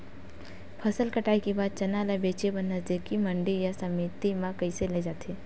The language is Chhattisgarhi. फसल कटाई के बाद चना ला बेचे बर नजदीकी मंडी या समिति मा कइसे ले जाथे?